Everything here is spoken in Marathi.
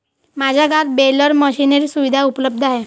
माझ्या गावात बेलर मशिनरी सुविधा उपलब्ध आहे